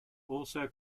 also